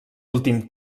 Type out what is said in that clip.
últim